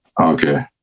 Okay